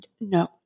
No